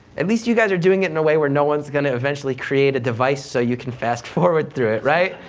at least you guys are doing it in a way that no one's going to eventually create a device so you can fast forward through it, right?